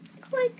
Click